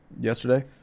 Yesterday